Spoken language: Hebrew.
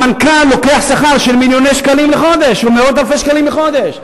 המנכ"ל לוקח שכר של מיליוני שקלים לחודש או מאות אלפי שקלים לחודש.